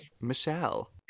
Michelle